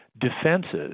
defenses